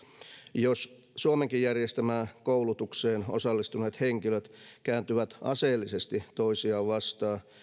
jos suomenkin järjestämään koulutukseen osallistuneet henkilöt kääntyvät aseellisesti toisiaan vastaan